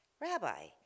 Rabbi